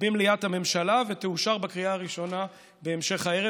במליאת הממשלה ותאושר בקריאה הראשונה בהמשך הערב,